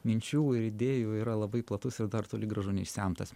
minčių ir idėjų yra labai platus ir dar toli gražu neišsemtas